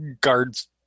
guard's